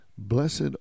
Blessed